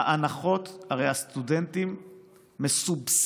אתה חושף משהו?